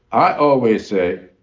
i always say